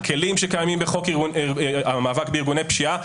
הכלים שקיימים בחוק המאבק בארגוני פשיעה,